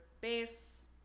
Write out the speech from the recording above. base